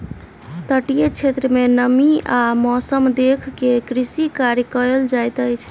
तटीय क्षेत्र में नमी आ मौसम देख के कृषि कार्य कयल जाइत अछि